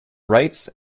rights